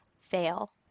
fail